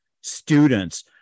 students